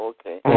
Okay